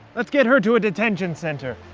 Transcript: let's get her to a detention center,